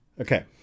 Okay